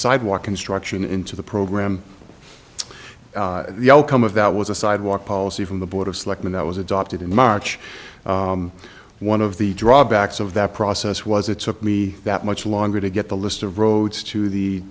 sidewalk construction into the program the outcome of that was a sidewalk policy from the board of selectmen that was adopted in march one of the drawbacks of that process was it took me that much longer to get the list of roads to the